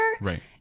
Right